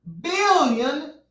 billion